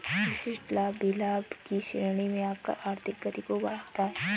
विशिष्ट लाभ भी लाभ की श्रेणी में आकर आर्थिक गति को बढ़ाता है